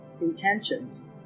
intentions